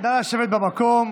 נא לשבת במקום.